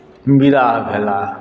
विदा भेलाह